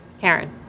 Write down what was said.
Karen